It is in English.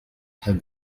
have